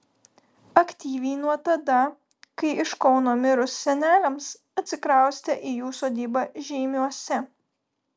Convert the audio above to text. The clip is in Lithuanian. aktyviai nuo tada kai iš kauno mirus seneliams atsikraustė į jų sodybą žeimiuose